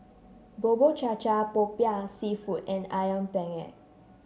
Bubur Cha Cha Popiah seafood and ayam Penyet